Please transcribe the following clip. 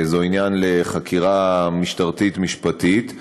זה עניין לחקירה משטרתית-משפטית,